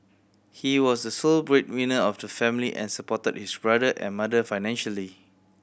he was the sole breadwinner of the family and supported his brother and mother financially